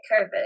COVID